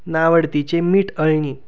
नावडतीचे मीठ अळणी